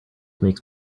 makes